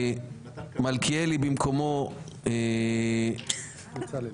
מלכיאלי במקומו --- בצלאל.